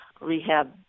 rehab